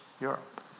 Europe